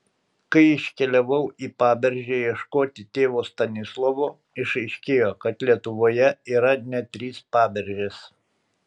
kai iškeliavau į paberžę ieškoti tėvo stanislovo išaiškėjo kad lietuvoje yra net trys paberžės